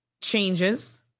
changes